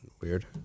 weird